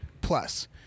plus